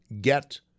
get